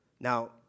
Now